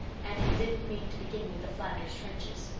and he didn't mean to begin with the flanders trenches.